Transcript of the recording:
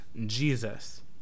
Jesus